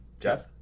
Jeff